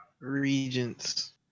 Regents